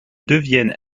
deviennent